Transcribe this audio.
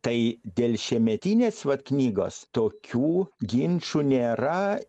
tai dėl šiemetinės vat knygos tokių ginčų nėra